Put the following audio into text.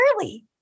early